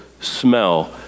smell